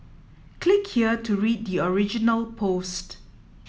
click here to read the original post